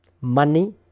money